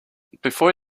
before